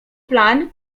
plan